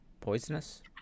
Poisonous